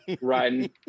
Riding